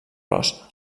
ros